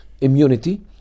immunity